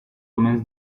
omens